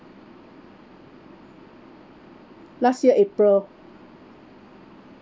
last year april